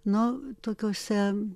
no tokiose